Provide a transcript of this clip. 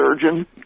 surgeon